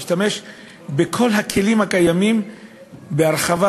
להשתמש בכל הכלים הקיימים בהרחבה,